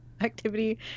activity